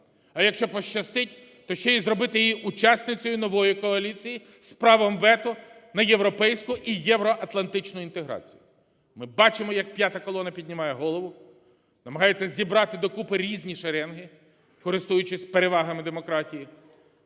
А якщо пощастить, то ще й зробити її учасницею нової коаліції з правом вето на європейську і євроатлантичну інтеграцію. Ми бачимо, як п'ята колона піднімає голову, намагається зібрати докупи різні шеренги, користуючись перевагами демократії,